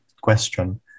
question